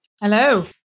Hello